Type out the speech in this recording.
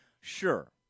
Sure